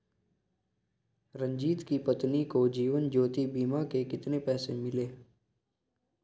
रंजित की पत्नी को जीवन ज्योति बीमा के कितने पैसे मिले?